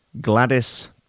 Gladys